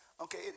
Okay